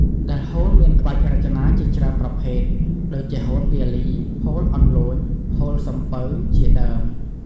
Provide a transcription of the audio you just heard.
ដែលហូលមានក្បាច់រចនាជាច្រើនប្រភេទ ដូចជាហូលពាលី ហូលអន្លូញ ហូលសំពៅ ជាដើម ។